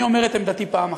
אני אומר את עמדתי פעם אחת: